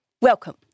Welcome